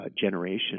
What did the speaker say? generation